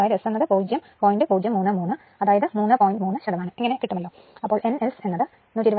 n S120 fP എന്നും ലഭിക്കുന്നു